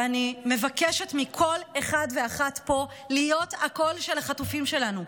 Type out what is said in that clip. ואני מבקשת מכל אחד ואחת פה להיות הקול של החטופים שלנו,